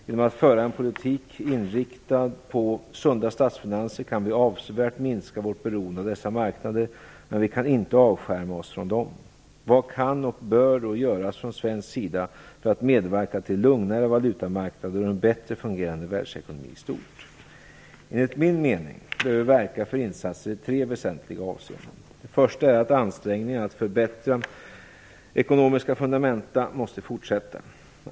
Genom att föra en politik inriktad på sunda statsfinanser kan vi avsevärt minska vårt beroende av dessa marknader, men vi kan inte avskärma oss från dem. Vad kan och bör då göras från svensk sida för att vi skall kunna medverka till lugnare valutamarknader och en bättre fungerande världsekonomi i stort? Enligt min mening bör vi verka för insatser i tre väsentliga avseenden. Det första är att ansträngningarna för att förbättra ekonomiska fundamenata måste fortsätta.